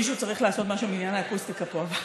מישהו צריך לעשות משהו בעניין האקוסטיקה פה.